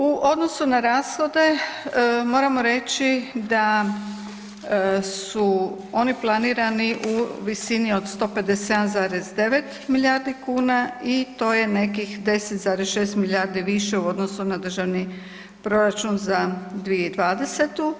U odnosu na rashode moramo reći da su oni planirani u visini od 157,9 milijardi kuna i to je nekih 10,6 milijardi više u odnosu na državni proračun za 2020.